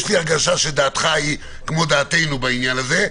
יש לי הרגשה שדעתך היא כמו דעתנו בעניין הזה,